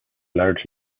large